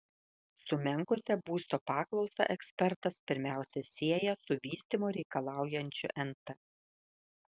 sumenkusią būsto paklausą ekspertas pirmiausia sieja su vystymo reikalaujančiu nt